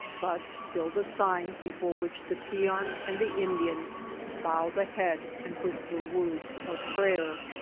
but still the sign before which the peon and the indian bow the head and whis per words of prayer.